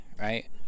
right